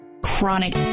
Chronic